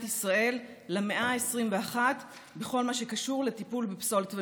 ישראל למאה ה-21 בכל מה שקשור לטיפול בפסולת ומחזור.